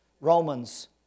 Romans